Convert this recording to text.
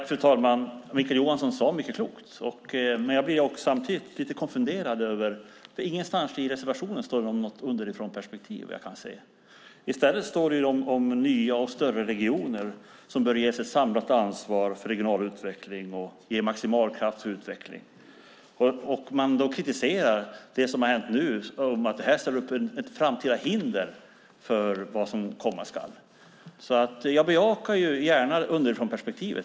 Fru talman! Mikael Johansson sade mycket klokt. Men jag blir samtidigt lite konfunderad, för ingenstans i reservationen står det något om ett underifrånperspektiv, vad jag kan se. I stället står det om nya och större regioner som bör ges ett samlat ansvar för regional utveckling och ge maximal kraft för utveckling. Man kritiserar det som har hänt nu och säger att det ställer upp ett hinder för vad som komma skall. Jag bejakar gärna underifrånperspektivet.